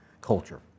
culture